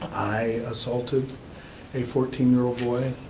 i assaulted a fourteen year old boy